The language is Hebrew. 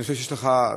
אני חושב שיש לך,